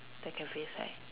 the cafe side